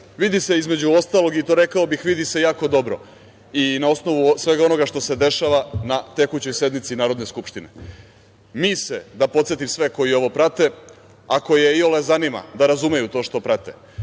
vidi se, između ostalog, i to rekao bih vidi se jako dobro, i na osnovu svega onoga što se dešava na tekućoj sednici Narodne skupštine. Mi se, da podsetim sve koji ovo prate, a koje iole zanima da razumeju to što prate,